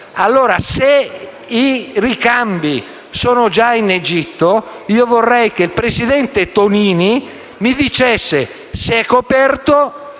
Allora, se i ricambi sono già in Egitto, vorrei che il presidente Tonini mi dicesse se è coperto